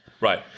Right